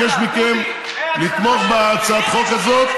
מה שאני מבקש מכם זה לתמוך בהצעת החוק הזאת,